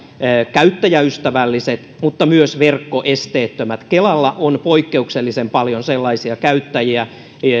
käyttäjäystävälliset mutta myös verkkoesteettömät kelalla on poikkeuksellisen paljon sellaisia käyttäjiä